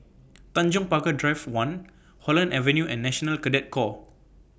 Tanjong Pagar Drive one Holland Avenue and National Cadet Corps